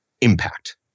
impact